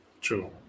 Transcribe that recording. True